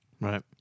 Right